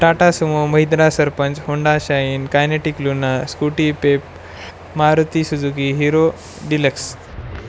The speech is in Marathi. Tata Sumo Mahindra Sarpanch Honda Shine Kinetic Luna Scooty Pep Maruti Suzuki Hero deluxe